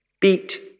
beat